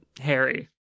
Harry